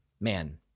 man